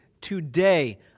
Today